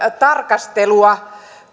tarkastelua